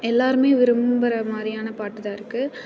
எல்லோருமே விரும்புகிற மாதிரியான பாட்டு தான் இருக்குது